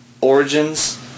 origins